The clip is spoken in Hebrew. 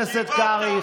לא מושחתת כמוכם.